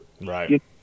Right